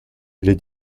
les